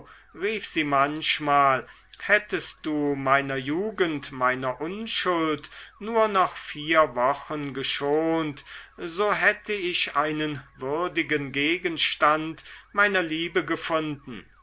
rief sie manchmal hättest du meiner jugend meiner unschuld nur noch vier wochen geschont so hätte ich einen würdigen gegenstand meiner liebe gefunden